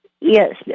Yes